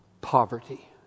poverty